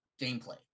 gameplay